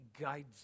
guides